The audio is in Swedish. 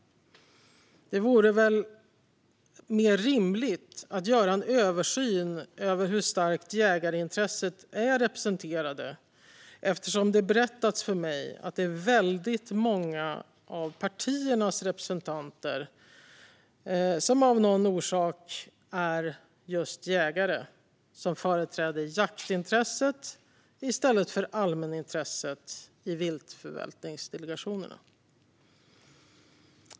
Det vore väl mer rimligt att göra en översyn av hur starkt jägarintresset är representerat, eftersom det berättats för mig att det är väldigt många av partiernas representanter som av någon orsak är just jägare och som företräder jaktintresset i stället för allmänintresset i viltförvaltningsdelegationerna.